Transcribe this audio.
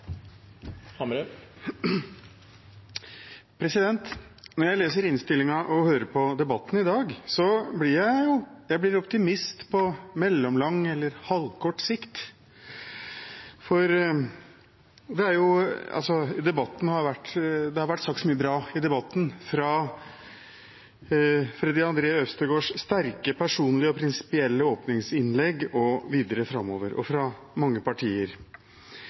jeg optimist på mellomlang eller halvkort sikt. Mye bra har vært sagt i debatten, fra Freddy André Øvstegårds sterke, personlige og prinsipielle åpningsinnlegg og videre framover, fra mange partier. På bakgrunn av uttalelsene også fra representanter for tre av regjeringspartiene her i